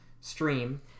stream